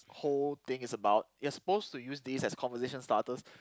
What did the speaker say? whole thing is about you are supposed to use this as conversation starters